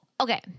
Okay